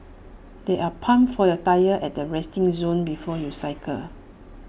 there are pumps for your tyres at the resting zone before you cycle